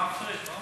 הצבעה אחרת, לא?